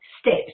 Steps